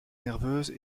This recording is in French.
nerveuse